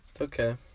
Okay